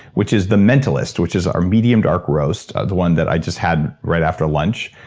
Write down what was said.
which is the mentalist, which is our medium dark roast, the one that i just had right after lunch.